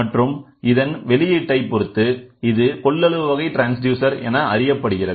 மற்றும் இதன் வெளியீட்டை பொருத்து இது கொள்ளளவு வகை ட்ரான்ஸ்டியூசர் என அறியப்படுகிறது